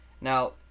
Now